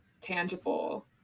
tangible